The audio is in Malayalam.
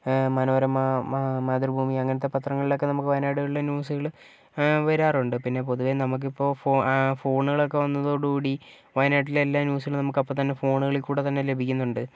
മനോരമ മാതൃഭൂമി അങ്ങനത്തെ പത്രങ്ങളിലൊക്കെ നമുക്ക് വായനാടുകളിലെ ന്യൂസുകള് ഏ വരാറുണ്ട് പിന്നെ പൊതുവെ നമ്മക്കിപ്പോൾ ഫോൺ ഫോണുകളൊക്കെ വന്നതോടുകൂടി വയനാട്ടിലെ എല്ലാ ന്യൂസും നമുക്ക് അപ്പൊൾ തന്നെ ഫോണുകളികൂടെത്തന്നെ ലഭിക്കുന്നുണ്ട്